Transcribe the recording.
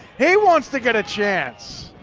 he wants to get a chance.